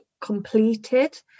completed